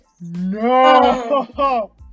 No